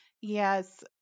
Yes